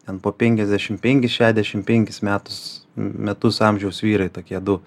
ten po penkiasdešim penkis šešiasdešim penkis metus metus amžiaus vyrai tokie du